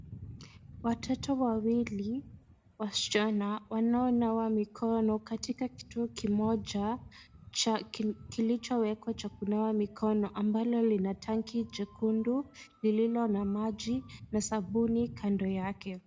Watoto wawili wasichana wanaonawa mikono katika kituo kimoja kilichowekwa cha kunawa mikono ambalo lina tanki jekundu lililo na maji na sabuni kando yake.